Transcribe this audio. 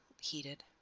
heated